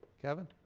kevin?